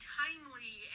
timely